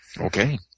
Okay